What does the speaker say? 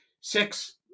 Six